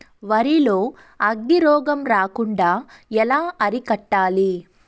వరి లో అగ్గి రోగం రాకుండా ఎలా అరికట్టాలి?